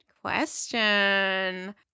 question